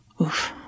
Oof